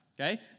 okay